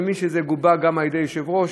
אני מבין שזה גובה גם על-ידי היושב-ראש,